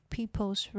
People's